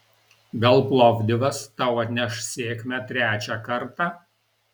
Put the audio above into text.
gal plovdivas tau atneš sėkmę trečią kartą